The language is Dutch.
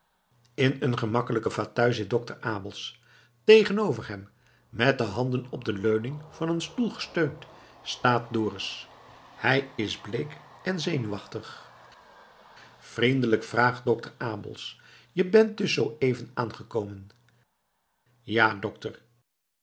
in een gemakkelijken fauteuil zit dokter abels tegenover hem met de handen op de leuning van een stoel gesteund staat dorus hij is bleek en zenuwachtig vriendelijk vraagt dokter abels je bent dus zoo even aangekomen ja dokter